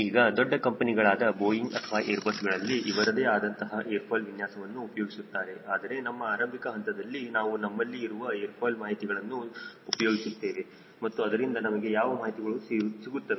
ಈಗ ದೊಡ್ಡ ಕಂಪನಿಗಳಾದ ಬೋಯಿಂಗ್ ಅಥವಾ ಏರ್ ಬಸ್ ಗಳಲ್ಲಿ ಅವರದೇ ಆದಂತಹ ಏರ್ ಫಾಯ್ಲ್ ವಿನ್ಯಾಸವನ್ನು ಉಪಯೋಗಿಸುತ್ತಾರೆ ಆದರೆ ನಮ್ಮ ಆರಂಭಿಕ ಹಂತದಲ್ಲಿ ನಾವು ನಮ್ಮಲ್ಲಿ ಇರುವ ಏರ್ ಫಾಯ್ಲ್ ಮಾಹಿತಿಗಳನ್ನು ಉಪಯೋಗಿಸುತ್ತೇವೆ ಮತ್ತು ಅದರಿಂದ ನಮಗೆ ಯಾವ ಮಾಹಿತಿ ಸಿಗುತ್ತದೆ